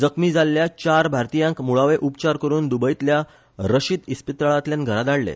जखमी जाल्ल्या चार भारतीयांक मुळावे उपचार करुन दुबयतल्या रशिद इस्पीतळांतल्यान घरा धाडले